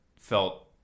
felt